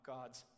God's